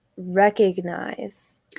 recognize